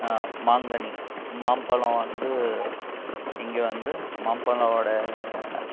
மாங்கனி மாம்பழம் வந்து இங்கே வந்து மாம்பழம் ஒட